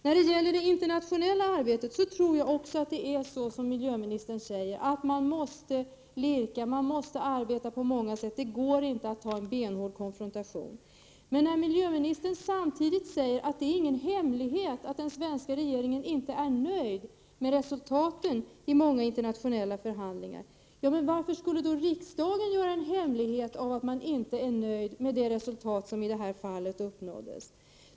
När det gäller det internationella arbetet tror jag också att det är som miljöministern säger att man måste lirka och arbeta på många sätt och att det inte går att ta en benhård konfrontation. Men när miljöministern samtidigt säger att det inte är någon hemlighet att den svenska regeringen inte är nöjd med resultaten i många internationella förhandlingar, varför skulle då riksdagen göra en hemlighet av att den inte är nöjd med det resultat som uppnåtts i det här fallet?